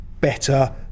better